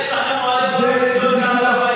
"זכויות אדם" זה זכויות אדם של יהודים,